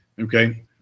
Okay